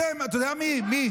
אתם, אתה יודע מי, מי.